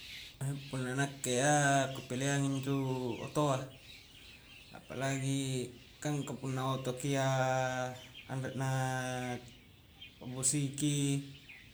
punna nakke iya ku pileang intu otoa apalagi kang ka punna otoki iyaa anre naaa bosi ki